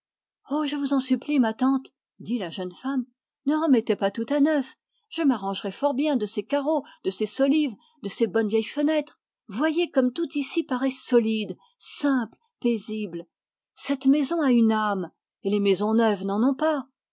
oh je vous en supplie ma tante dit la jeune femme ne remettez pas tout à neuf je m'arrangerai fort bien de ces carreaux de ces solives de ces bonnes vieilles fenêtres voyez comme tout ici paraît solide simple paisible cette maison a une âme et les maisons neuves n'en ont pas